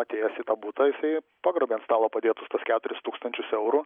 atėjęs į tą butą jisai pagrobė ant stalo padėtus tuos keturis tūkstančius eurų